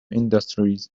industries